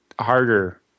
harder